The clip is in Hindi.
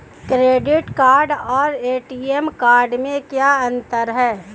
क्रेडिट कार्ड और ए.टी.एम कार्ड में क्या अंतर है?